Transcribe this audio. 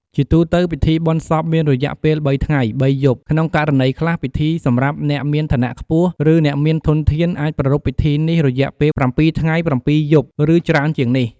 ជាទូទៅ ពិធីបុណ្យសពមានរយៈពេល ៣ ថ្ងៃ ៣ យប់ ក្នុងករណីខ្លះ ពិសេសសម្រាប់អ្នកមានឋានៈខ្ពស់ ឬអ្នកមានធនធាន អាចប្រារព្ធពិធីនេះរយៈពេល ៧ ថ្ងៃ ៧ យប់ ឬច្រើនជាងនេះ។